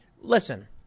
Listen